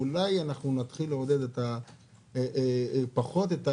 אולי נתחיל לעודד פחות את ההייטק,